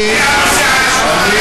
אדוני השר, על עפולה.